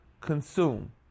consume